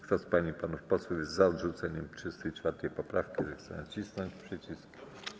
Kto z pań i panów posłów jest za odrzuceniem 34. poprawki, zechce nacisnąć przycisk.